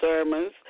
sermons